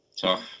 tough